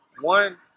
One